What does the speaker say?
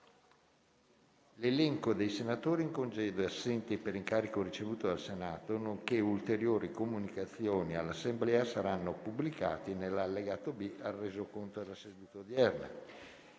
L'elenco dei senatori in congedo e assenti per incarico ricevuto dal Senato, nonché ulteriori comunicazioni all'Assemblea saranno pubblicati nell'allegato B al Resoconto della seduta odierna.